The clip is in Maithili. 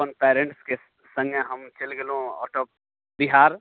अपन पेरेंट्सके सङ्गे चलि गेलहुँ आउट ऑफ बिहार